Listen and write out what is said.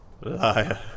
Liar